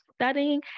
studying